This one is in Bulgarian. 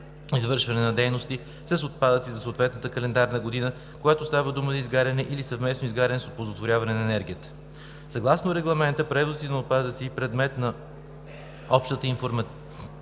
извършване на дейности с отпадъци за съответната календарна година, когато става дума за изгаряне или съвместно изгаряне с оползотворяване на енергията. Съгласно Регламента превозите на отпадъци, предмет на общи информационни